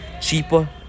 cheaper